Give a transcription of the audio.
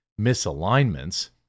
misalignments